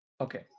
Okay